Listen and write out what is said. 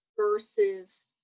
versus